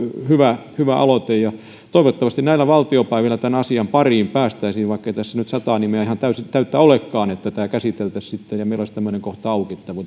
hyvä hyvä aloite ja toivottavasti näillä valtiopäivillä tämän asian pariin päästäisiin vaikkei tässä nyt ihan täyttä sataa nimeä olekaan niin että tämä käsiteltäisiin ja meillä olisi tämmöinen kohta auki